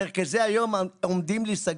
מרכזי היום עומדים להיסגר.